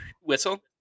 Whistle